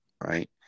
right